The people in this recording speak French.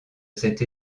cette